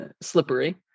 slippery